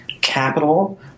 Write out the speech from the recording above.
capital